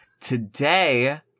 today